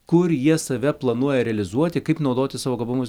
kur jie save planuoja realizuoti kaip naudoti savo gabumus